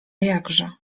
jakże